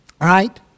right